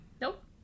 Nope